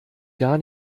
gar